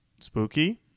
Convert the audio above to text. Spooky